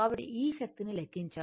కాబట్టి ఈ శక్తిని లెక్కించాము